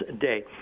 Day